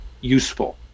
useful